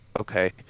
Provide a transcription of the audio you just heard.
okay